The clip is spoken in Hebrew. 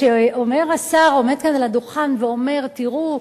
כשהשר עומד כאן על הדוכן ואומר: תראו,